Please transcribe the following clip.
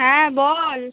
হ্যাঁ বল